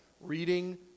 reading